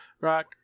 Rock